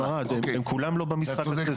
ערד הם כולם לא במשחק הזה.